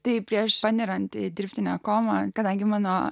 tai prieš panyrant į dirbtinę komą kadangi mano